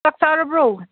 ꯆꯥꯛ ꯆꯥꯔꯕ꯭ꯔꯣ